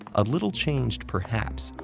a little changed, perhaps,